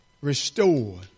Restored